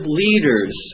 leaders